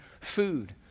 food